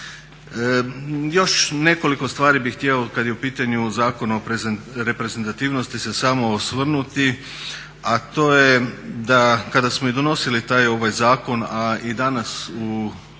Još nekoliko stvari bih htio kad je u pitanju Zakon o reprezentativnosti se samo osvrnuti, a to je da kada smo i donosili taj zakon a i danas u